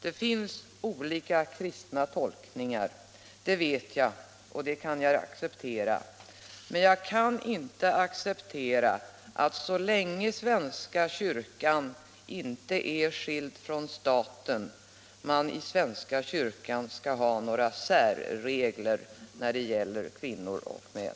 Det finns olika kristna tolkningar, det vet jag och det kan jag acceptera, men jag kan inte acceptera att så länge svenska kyrkan inte är skild från staten man i svenska kyrkan skall ha några särregler när det gäller kvinnor och män!